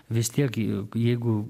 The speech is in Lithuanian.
vis tiek juk jeigu